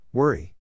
Worry